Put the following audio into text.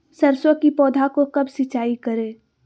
सरसों की पौधा को कब सिंचाई करे?